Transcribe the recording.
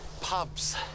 Pubs